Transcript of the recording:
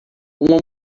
uma